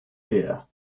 deer